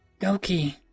Doki